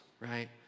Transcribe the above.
right